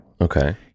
Okay